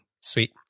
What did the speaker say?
Sweet